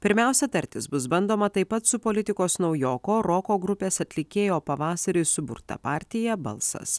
pirmiausia tartis bus bandoma taip pat su politikos naujoko roko grupės atlikėjo pavasarį suburta partija balsas